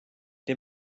dem